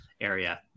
area